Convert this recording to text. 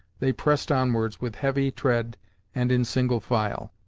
they pressed onwards with heavy tread and in single file.